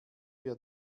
wir